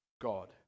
god